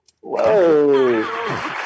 Whoa